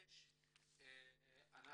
אנחנו